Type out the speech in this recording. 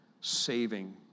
saving